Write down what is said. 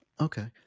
Okay